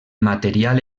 material